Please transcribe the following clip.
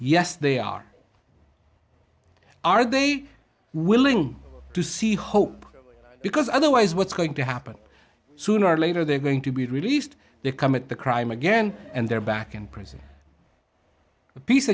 yes they are are they willing to see hope because otherwise what's going to happen sooner or later they're going to be released they commit the crime again and they're back in prison the peace